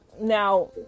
now